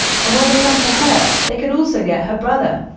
and when they come for her, they can also get her brother